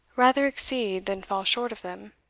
rather exceed than fall short of them.